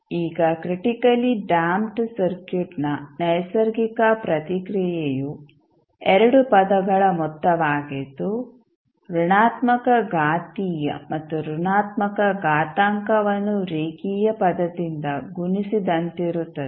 ಈಗ critically damped ಸರ್ಕ್ಯೂಟ್ನ ನೈಸರ್ಗಿಕ ಪ್ರತಿಕ್ರಿಯೆಯು 2 ಪದಗಳ ಮೊತ್ತವಾಗಿದ್ದು ಋಣಾತ್ಮಕ ಘಾತೀಯ ಮತ್ತು ಋಣಾತ್ಮಕ ಘಾತಾಂಕವನ್ನು ರೇಖೀಯ ಪದದಿಂದ ಗುಣಿಸಿದಂತಿರುತ್ತದೆ